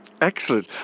Excellent